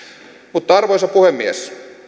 mutta arvoisa puhemies